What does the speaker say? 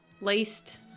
laced